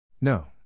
No